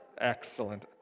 excellent